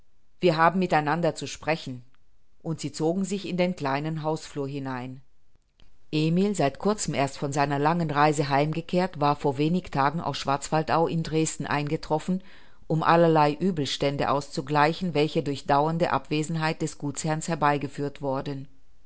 wir haben mit einander zu sprechen und sie zogen sich in den kleinen hausflur hinein emil seit kurzem erst von seiner langen reise heimgekehrt war vor wenig tagen aus schwarzwaldau in dresden eingetroffen um allerlei uebelstände auszugleichen welche durch dauernde abwesenheit des gutsherrn herbeigeführt worden